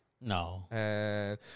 No